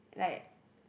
like